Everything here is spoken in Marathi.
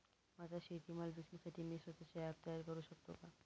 माझा शेतीमाल विकण्यासाठी मी स्वत:चे ॲप तयार करु शकतो का?